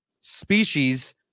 species